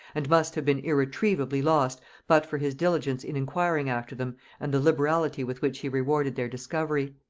and must have been irretrievably lost but for his diligence in inquiring after them and the liberality with which he rewarded their discovery.